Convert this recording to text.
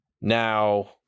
now